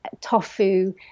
tofu